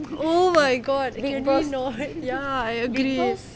oh my god can you not ya I agree